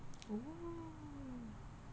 oo